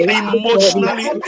emotionally